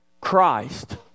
Christ